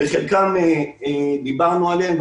נושאים שחלקם דיברנו עליהם,